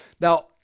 Now